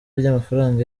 ry’amafaranga